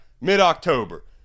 mid-October